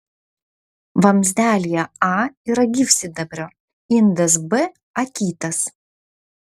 vamzdelyje a yra gyvsidabrio indas b akytas